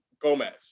Gomez